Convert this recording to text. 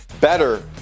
better